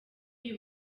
uwo